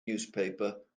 newspaper